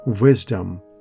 wisdom